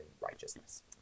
righteousness